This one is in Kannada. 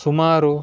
ಸುಮಾರು